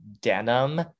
denim